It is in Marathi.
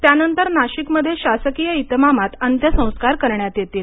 त्यानंतर नाशिकमध्ये शासकीय इतमामात अंत्यसंस्कार करण्यात येतील